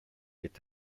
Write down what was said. est